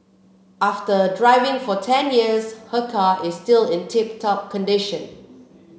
after driving for ten years her car is still in tip top condition